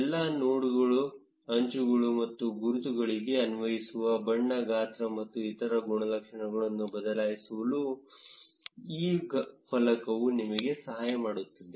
ಎಲ್ಲಾ ನೋಡ್ಗಳ ಅಂಚುಗಳು ಮತ್ತು ಗುರುತುಗಳಿಗೆ ಅನ್ವಯಿಸುವ ಬಣ್ಣ ಗಾತ್ರ ಮತ್ತು ಇತರ ಗುಣಲಕ್ಷಣಗಳನ್ನು ಬದಲಾಯಿಸಲು ಈ ಫಲಕವು ನಿಮಗೆ ಸಹಾಯ ಮಾಡುತ್ತದೆ